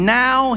now